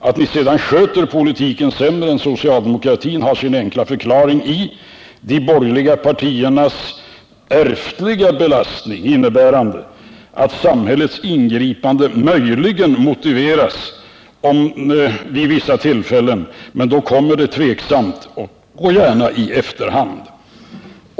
Att ni sedan sköter politiken sämre än socialdemokratin har sin enkla förklaring i de borgerliga partiernas ärftliga belastning, innebärande att samhällets ingripande möjligen motiveras vid vissa tillfällen, men då kommer det tveksamt och gärna i efterhand.